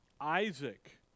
Isaac